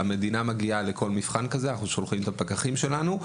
והמדינה מגיעה לכל מבחן כזה אנחנו שולחים את הפקחים שלנו.